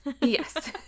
Yes